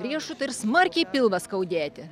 riešutą ir smarkiai pilvą skaudėti